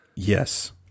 Yes